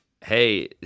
Hey